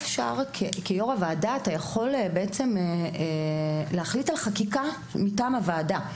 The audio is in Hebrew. כיו"ר הוועדה אתה יכול להחליט על חקיקה מטעם הוועדה.